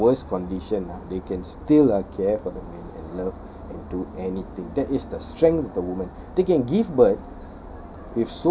even ah at their worst condition ah they can still ah care for the man and love and do anything that is the strength of the women they can give birth